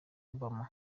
obama